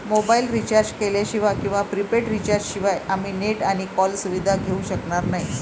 mobile recharge केल्याशिवाय किंवा prepaid recharge शिवाय आम्ही नेट आणि कॉल सुविधा घेऊ शकणार नाही